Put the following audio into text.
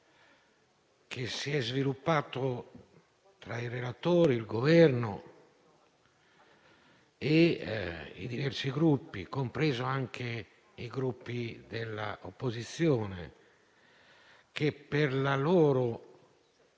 che si è sviluppato tra i relatori, il Governo e i diversi Gruppi, compresi i Gruppi della opposizione, che per la loro